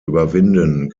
überwinden